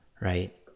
Right